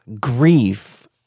Grief